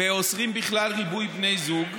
ואוסרים בכלל ריבוי בני זוג,